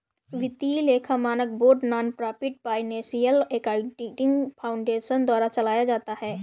वित्तीय लेखा मानक board nonprofit financial accounting foundation द्वारा चलाया जाता है